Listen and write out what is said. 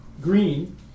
green